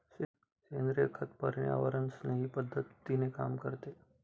सेंद्रिय खत पर्यावरणस्नेही पद्धतीने काम करते